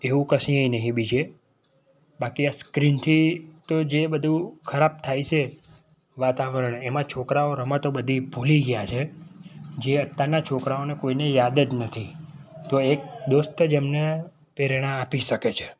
એવું કશે નહી બીજે બાકી આ સ્ક્રીનથી તો જે બધું ખરાબ થાય છે વાતાવરણ એમાં છોકરાઓ રમતો બધી ભૂલી ગ્યા છે જે અત્યારના છોકરાઓને કોઈ ને યાદ નથી તો એક દોસ્ત જ એમને પ્રેરણા આપી શકે છે